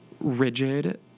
rigid